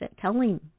telling